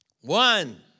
One